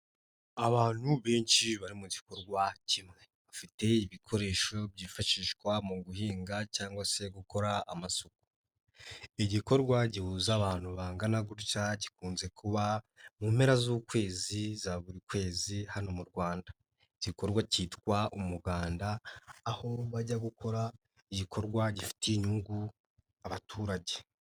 Abantu benshi bari mu gikorwa kimwe bafite ibikoresho byifashishwa mu guhinga cyangwa se gukora amasuku, igikorwa gihuza abantu bangana gutya gikunze kuba mu mpera z'ukwezi za buri kwezi hano mu Rwanda, igikorwa kitwa umuganda aho bajya gukora igikorwa gifitiye inyungu abaturage.